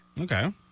Okay